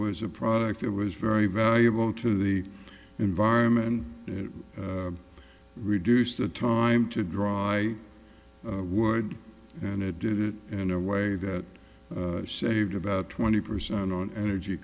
was a product it was very valuable to the environment reduce the time to dry wood and it did it in a way that saved about twenty percent on energy